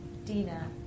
Dina